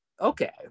Okay